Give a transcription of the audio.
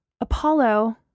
Apollo